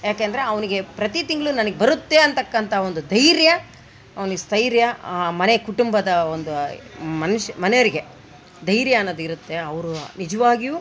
ಯಾಕೆಂದರೆ ಅವನಿಗೆ ಪ್ರತಿ ತಿಂಗಳು ನನಗ್ ಬರುತ್ತೇ ಅಂತಕಂಥ ಒಂದು ಧೈರ್ಯ ಅವ್ನಿಗೆ ಸ್ಥೈರ್ಯ ಆ ಮನೆ ಕುಟುಂಬದ ಒಂದು ಮನುಷ್ಯ ಮನೆಯವರಿಗೆ ಧೈರ್ಯ ಅನ್ನೋದು ಇರುತ್ತೆ ಅವರು ನಿಜವಾಗಿಯೂ